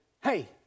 Hey